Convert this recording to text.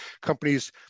companies